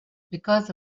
because